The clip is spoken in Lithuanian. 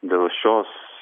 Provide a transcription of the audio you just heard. dėl šios